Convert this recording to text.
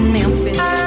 Memphis